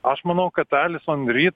aš manau kad alison ryt